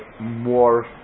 more